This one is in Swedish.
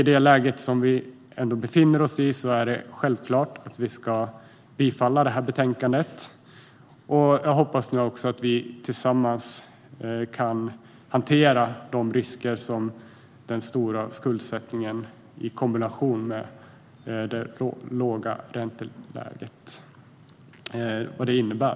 I det läge vi befinner oss i är det dock självklart att vi ska bifalla förslaget i betänkandet, och jag hoppas nu att vi tillsammans kan hantera de risker den stora skuldsättningen i kombination med det låga ränteläget innebär.